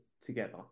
together